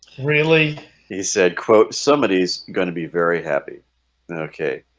really he said quote somebody's gonna be very happy okay